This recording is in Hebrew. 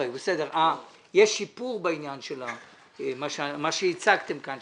יש שיפור בעניין של מה שהצגתם כאן,